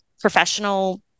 professional